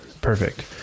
Perfect